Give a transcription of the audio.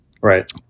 Right